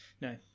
No